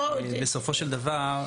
בסופו של דבר,